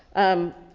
um,